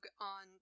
on